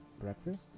Breakfast